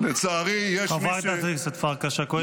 לצערי יש מי שקודחים חורים בספינות --- חברת הכנסת פרקש הכהן,